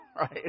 right